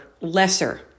lesser